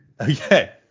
Okay